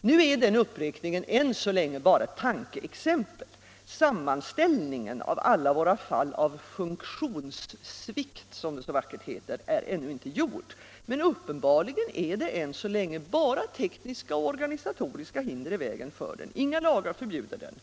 Nu är emellertid den uppräkningen än så länge bara ett tankeexempel. Sammanställningen av alla våra fall av ”funktionssvikt” som det så vackert heter, är ännu inte gjord. Men uppenbarligen är det än så länge bara tekniska och organisatoriska hinder i vägen för den. Inga lagar förbjuder den